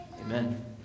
Amen